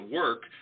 work